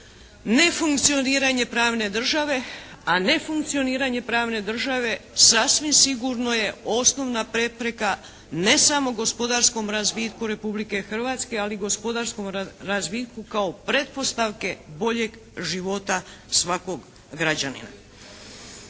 nefunkcioniranje pravne države, a nefunkcioniranje pravne države sasvim sigurno je osnovna prepreka ne samo gospodarskom razvitku Republike Hrvatske, ali gospodarskom razvitku kao pretpostavke boljeg života svakog građanina.